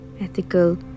ethical